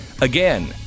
Again